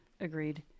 agreed